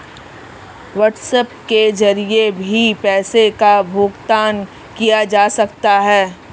WhatsApp के जरिए भी पैसों का भुगतान किया जा सकता है